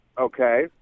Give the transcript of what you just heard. okay